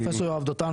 פרופסור יואב דותן,